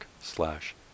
slash